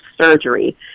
surgery